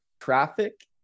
traffic